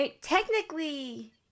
Technically